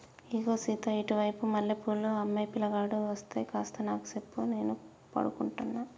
ఇగో సీత ఇటు వైపు మల్లె పూలు అమ్మే పిలగాడు అస్తే కాస్త నాకు సెప్పు నేను పడుకుంటున్న